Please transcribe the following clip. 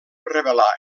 revelar